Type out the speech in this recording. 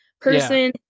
person